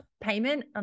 payment